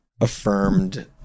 affirmed